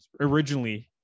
originally